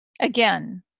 Again